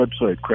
website